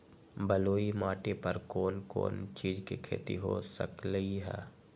बलुई माटी पर कोन कोन चीज के खेती हो सकलई ह?